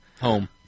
home